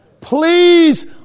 Please